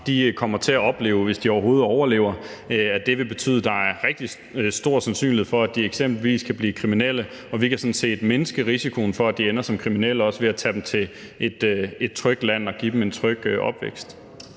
kommer til at opleve, hvis de overhovedet overlever, vil betyde, at der er rigtig stor sandsynlighed for, at de eksempelvis kan blive kriminelle, og vi kan sådan set mindske risikoen for, at de også ender som kriminelle ved at tage dem til et trygt land og give dem en tryg opvækst.